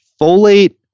folate